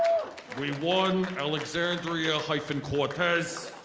we won alexandria hyphen cortez.